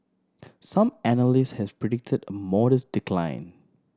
some analyst had predicted a modest decline